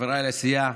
חבריי לסיעה,